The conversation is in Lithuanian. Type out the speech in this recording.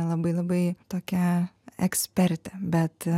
labai labai tokia ekspertė bet